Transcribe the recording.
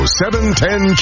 710